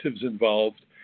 involved